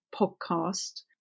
podcast